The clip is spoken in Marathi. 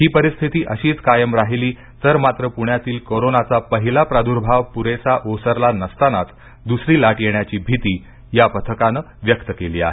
ही परिस्थिती अशीच कायम राहिली तर मात्र पृण्यातील कोरोनाचा पहिला प्रादुर्भाव पुरेसा ओसरला नसतानाच द्सरी लाट येण्याची भीती या पथकानं व्यक्त केली आहे